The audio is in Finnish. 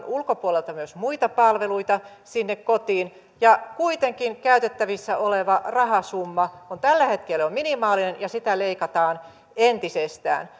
ulkopuolelta myös muita palveluita sinne kotiin ja kuitenkin käytettävissä oleva rahasumma on tällä hetkellä minimaalinen ja sitä leikataan entisestään